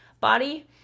body